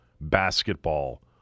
basketball